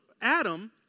Adam